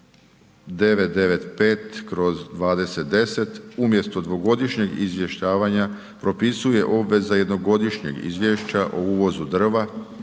995/2010 umjesto dvogodišnjeg izvještavanja propisuje obveza jednogodišnjeg izvješća o uvozu drva